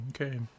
Okay